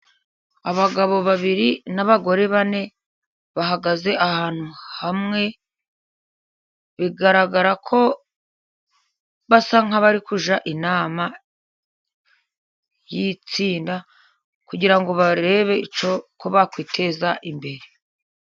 Abagabo babiri n'abagore bane, bahagaze ahantu hamwe, bigaragara ko basa nk'abari kujya inama y'itsinda, kugira ngo barebe uko bakwiteza imbere.